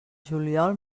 juliol